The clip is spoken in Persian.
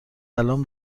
الان